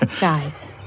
Guys